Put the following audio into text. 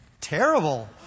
terrible